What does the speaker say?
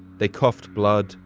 they coughed blood,